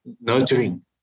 nurturing